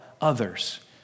others